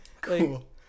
cool